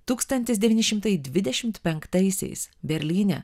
tūkstantis devyni šimtai dvidešimt penktaisiais berlyne